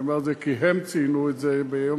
אני אומר את זה כי הם ציינו את זה ביום